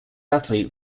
athlete